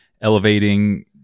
elevating